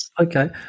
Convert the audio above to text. Okay